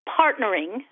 partnering